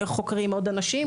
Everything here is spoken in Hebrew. חוקרים עוד אנשים,